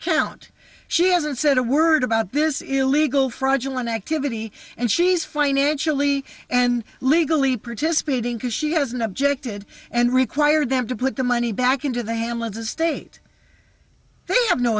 account she hasn't said a word about this illegal fraudulent activity and she's financially and legally participating because she hasn't objected and required them to put the money back into the hamlet's estate they have no